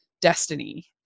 destiny